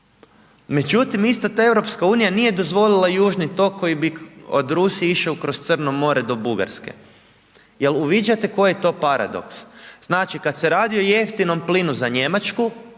Međutim ista ta EU nije dozvolila Južni tok koji bi od Rusije išao kroz Crno more do Bugarske. Jel' uviđate koji je to paradoks? Znači kad se radi o jeftinom plinu za Njemačku,